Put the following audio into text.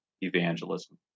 evangelism